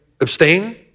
abstain